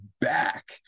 back